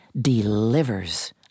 delivers